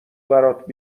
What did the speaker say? برات